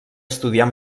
estudiar